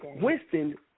Winston